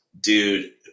dude